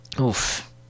oof